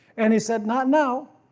and he said not now.